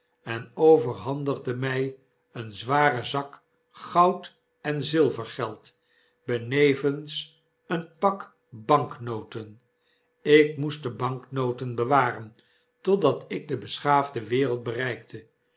en overhandigde my een zwaren zak goud en zilvergeld benevens een pak banknoten ik moest de banknoten bewaren totdat ik de beschaafde wereld bereikte